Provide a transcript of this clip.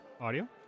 audio